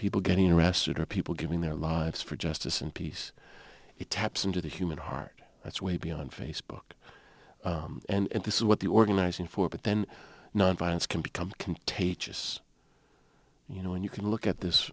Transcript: people getting arrested or people giving their lives for justice and peace it taps into the human heart that's way beyond facebook and this is what the organizing for but then nonviolence can become contagious you know when you can look at this